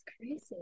crazy